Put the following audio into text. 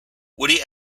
woody